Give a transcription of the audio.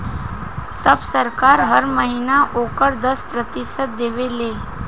तब सरकार हर महीना ओकर दस प्रतिशत देवे ले